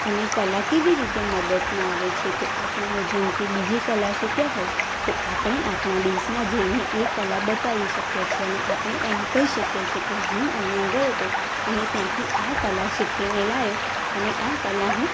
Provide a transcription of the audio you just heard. અને કલા કેવી રીતે મદદમાં આવે છે તો આપણને જેમકે બીજી કલા શીખ્યા હોય તો આપણે આપણા દેશમાં જઈને એ કલા બતાવી શકીએ છીએ અને આપણે એમ કહી શકીએ છીએ કે હું અહીંયા ગયો હતો અને ત્યાંથી આ કલા શીખીને લાવ્યો અને આ કલા હું